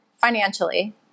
financially